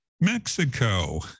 Mexico